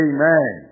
Amen